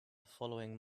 following